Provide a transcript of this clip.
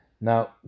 Now